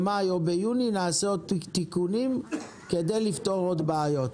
במאי או במיוני נעשה עוד תיקונים כדי לפתור עוד בעיות.